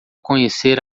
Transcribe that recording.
conhecer